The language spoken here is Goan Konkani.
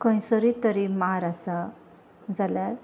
खंयसरी तरी मार आसा जाल्यार